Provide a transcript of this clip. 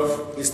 טוב, נסתכל.